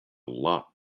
lot